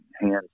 hands